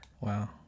wow